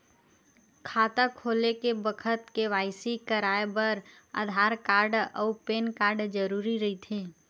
खाता खोले के बखत के.वाइ.सी कराये बर आधार कार्ड अउ पैन कार्ड जरुरी रहिथे